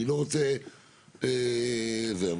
אבל,